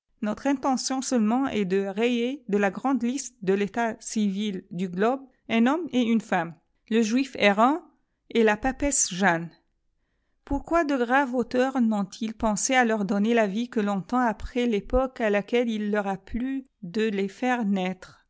notre intention seulement est de rayer de la grande liste de l'état civil du globe un homme et une femme île juif çrrantet la papesse jeanne pourquoi de graves auteurs n'ont-ils pensé à leur donner la vie que longtemps après i époque à laquelle il leur a plu de les faire naître